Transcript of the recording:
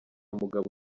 mugabo